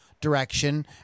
direction